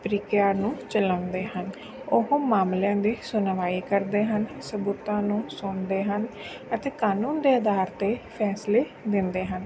ਤਰੀਕਿਆਂ ਨੂੰ ਚਲਾਉਂਦੇ ਹਨ ਉਹ ਮਾਮਲਿਆਂ ਦੀ ਸੁਣਵਾਈ ਕਰਦੇ ਹਨ ਸਬੂਤਾਂ ਨੂੰ ਸੁਣਦੇ ਹਨ ਅਤੇ ਕਾਨੂੰਨ ਦੇ ਅਧਾਰ 'ਤੇ ਫੈਸਲੇ ਦਿੰਦੇ ਹਨ